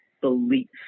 belief